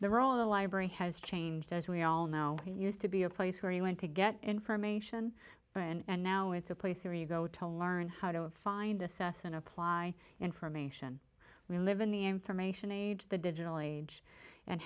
the role of the library has changed as we all know used to be a place where you went to get information and now it's a place where you go to learn how to find assess and apply information we live in the information age the digital age and